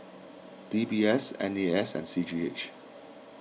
D B S N A S and C G H